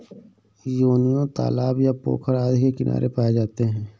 योनियों तालाब या पोखर आदि के किनारे पाए जाते हैं